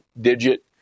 digit